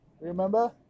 remember